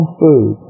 food